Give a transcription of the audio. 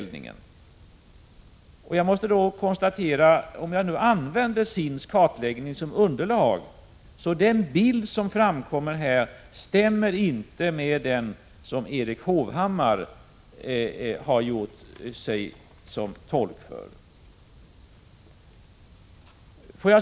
Jag måste då konstatera, om jag använder SIND:s kartläggning som underlag, att den bild som framkommer inte stämmer med den bild som Erik Hovhammar har gjort sig till tolk för.